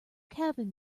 cabin